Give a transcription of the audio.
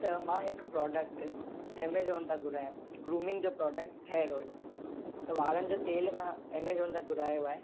त मां हिकु प्रोडक्ट एमेज़ॉन था घुरायो ग्रूमिंग जो प्रोडक्ट हेयर ऑयल वारनि जो तेल मां एमेज़ॉन था घुरायो आहे